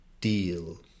deal